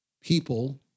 people